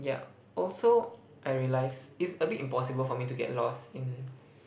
yeah also I realize it's a bit impossible for me to get lost in